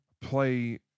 play